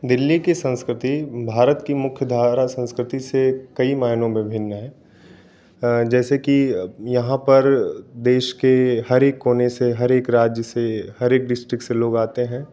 दिल्ली की संस्कृति भारत की मुख्य धारा संस्कृति से कई मायनों में भिन्न है जैसे की यहाँ पर देश के हर एक कोने से हर एक राज्य से हर एक डिस्टिक से लोग आते है